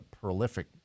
prolific